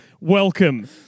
Welcome